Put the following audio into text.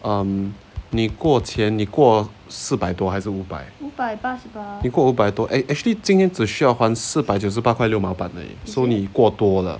um 你过钱你过四百多还是五百你过五百多 actually 今天只需要换四百九十八块六毛半而已所以你过多了